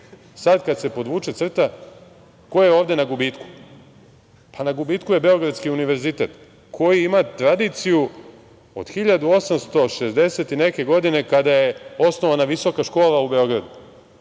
sad kad se podvuče crta - ko je ovde na gubitku? Pa, na gubitku je Beogradski univerzitet koji ima tradiciju od 1860. i neke godine kada je osnovana Visoka škola u Beogradu,